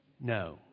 No